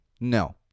No